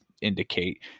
indicate